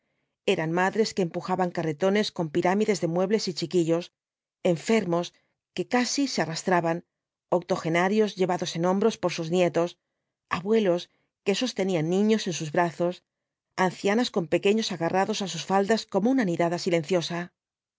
eran madres que empujaban carretones con pirámides de muebles y chiquillos enfermos que casi se arrastraban octogenarios llevados en hombros por sus nietos abuelos que sostenían niños en sus brazos ancianas con pequeños agarrados á sus faldas como una nidada silenciosa